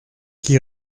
qui